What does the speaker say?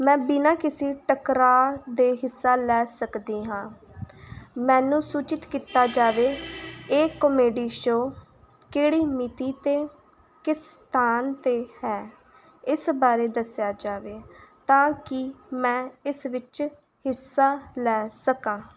ਮੈਂ ਬਿਨਾਂ ਕਿਸੀ ਟਕਰਾਅ ਦੇ ਹਿੱਸਾ ਲੈ ਸਕਦੀ ਹਾਂ ਮੈਨੂੰ ਸੂਚਿਤ ਕੀਤਾ ਜਾਵੇ ਇਹ ਕੋਮੇਡੀ ਸ਼ੋ ਕਿਹੜੀ ਮਿਤੀ 'ਤੇ ਕਿਸ ਸਥਾਨ 'ਤੇ ਹੈ ਇਸ ਬਾਰੇ ਦੱਸਿਆ ਜਾਵੇ ਤਾਂ ਕਿ ਮੈਂ ਇਸ ਵਿੱਚ ਹਿੱਸਾ ਲੈ ਸਕਾਂ